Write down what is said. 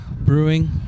brewing